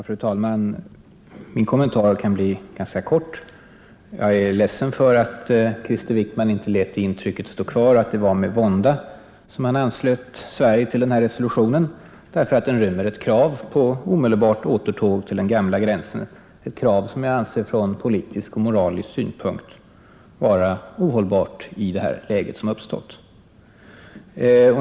Fru talman! Min kommentar kan bli ganska kort. Jag är ledsen att Krister Wickman inte lät intrycket stå kvar att det var med vånda han anslöt Sverige till den här resolutionen. Den rymmer ett krav på omedelbart återtåg till de gamla gränserna, ett krav som jag från politisk och moralisk synpunkt anser vara ohållbart i det läge som har uppstått.